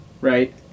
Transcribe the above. right